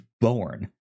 born